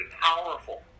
powerful